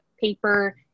paper